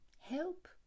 help